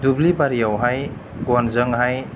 दुब्लि बारियावहाय गनजोंहाय